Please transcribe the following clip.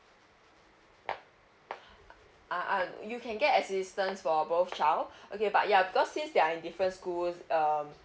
ah ah you can get assistance for both child okay but ya because since they are in different school um